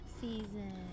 season